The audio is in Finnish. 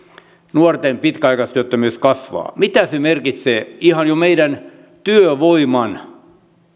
nuorten pitkäaikaistyöttömyys kasvaa mitä se merkitsee ihan jo meidän työvoiman